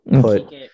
put